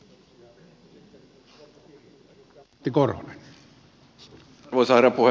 arvoisa herra puhemies